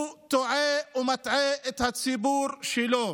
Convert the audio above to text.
הוא טועה ומטעה את הציבור שלו.